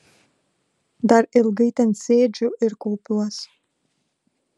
dar ilgai ten sėdžiu ir kaupiuos